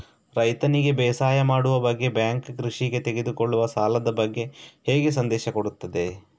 ರೈತನಿಗೆ ಬೇಸಾಯ ಮಾಡುವ ಬಗ್ಗೆ ಬ್ಯಾಂಕ್ ಕೃಷಿಗೆ ತೆಗೆದುಕೊಳ್ಳುವ ಸಾಲದ ಬಗ್ಗೆ ಹೇಗೆ ಸಂದೇಶ ಕೊಡುತ್ತದೆ?